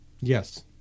Yes